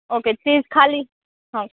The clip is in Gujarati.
ઓકે ચીઝ ખાલી હં